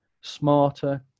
smarter